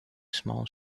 small